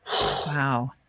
wow